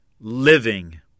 living